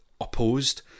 opposed